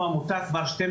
לא רק בט"ו בשבט,